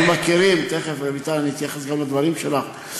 הדברים שלי,